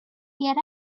get